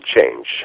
change